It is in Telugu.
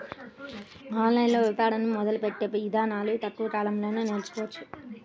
ఆన్లైన్ వ్యాపారాన్ని మొదలుపెట్టే ఇదానాలను తక్కువ కాలంలోనే నేర్చుకోవచ్చు